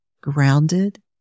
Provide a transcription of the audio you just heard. grounded